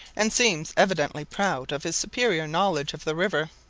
and seems evidently proud of his superior knowledge of the river.